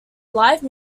live